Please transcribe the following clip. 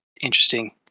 interesting